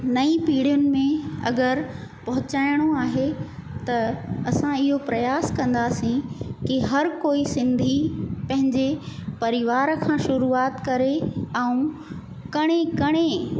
नई पीढ़ियुनि में अगरि पोहचाइणो आहे त असां इहो प्रयास कंदासीं की हर कोई सिंधी पंहिंजे परिवार खां शुरूवात करे ऐं कणी कणे